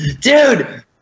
Dude